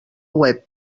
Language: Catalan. web